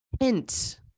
hint